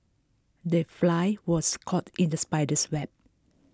the fly was caught in the spider's web